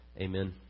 Amen